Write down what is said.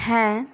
হ্যাঁ